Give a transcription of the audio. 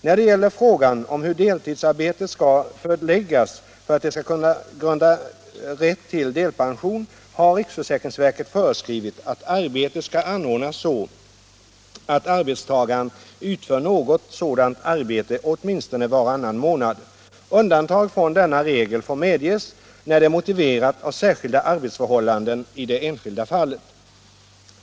När det gäller frågan om hur deltidsarbetet skall förläggas för att det skall grunda rätt till delpension har riksförsäkringsverket föreskrivit att arbetet skall anordnas så att arbetstagaren utför något sådant arbete åtminstone varannan månad. Undantag från denna regel får medges när det är motiverat av särskilda arbetsförhållanden i det enskilda fallet.